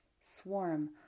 swarm